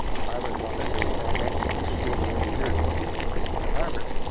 harvard wanted to annex the school of engineering to harvard.